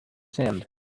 sand